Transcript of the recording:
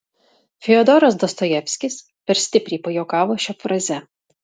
fiodoras dostojevskis per stipriai pajuokavo šia fraze